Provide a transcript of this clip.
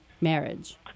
marriage